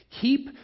Keep